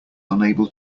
unable